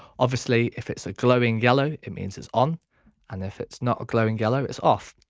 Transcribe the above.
obviously if it's a glowing yellow it means it's on and if it's not a glowing yellow it's off.